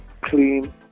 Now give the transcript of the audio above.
clean